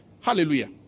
Hallelujah